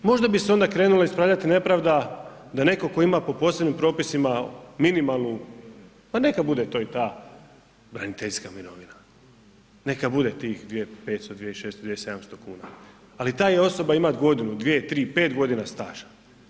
Možda bi se onda krenula ispravljati nepravda da netko tko ima po posebnim propisima minimalnu pa neka bude to i ta braniteljska mirovina, neka bude tih 2500, 2600, 2.700 kuna, ali … osoba ima godinu, dvije, tri, pet godina staža.